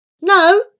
No